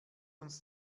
uns